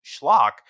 schlock